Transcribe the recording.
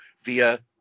via